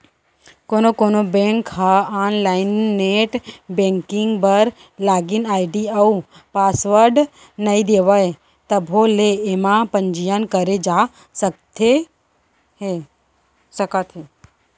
कोनो कोनो बेंक ह आनलाइन नेट बेंकिंग बर लागिन आईडी अउ पासवर्ड नइ देवय तभो ले एमा पंजीयन करे जा सकत हे